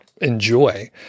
enjoy